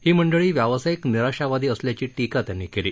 ही मंडळी व्यावसायिक निराशावादी असल्याची टीका त्यांनी केली